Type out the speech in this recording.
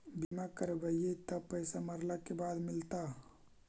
बिमा करैबैय त पैसा मरला के बाद मिलता?